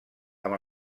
amb